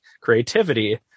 creativity